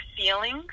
feelings